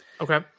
Okay